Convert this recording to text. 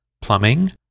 plumbing